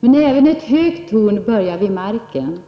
Men även ett högt torn börjar vid marken.